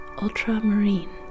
ultramarine